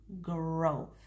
growth